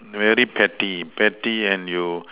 very petty petty and you